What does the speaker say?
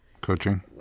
coaching